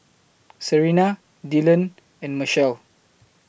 Serina Dillon and Machelle